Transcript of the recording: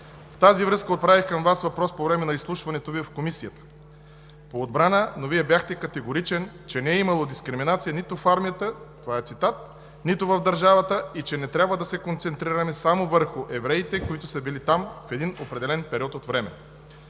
В тази връзка отправих към Вас въпрос по време на изслушването Ви в Комисията по отбраната, но Вие бяхте категоричен, че не е имало дискриминация нито в армията – това е цитат – нито в държавата и че не трябва да се концентрираме само върху евреите, които са били там в един определен период от време.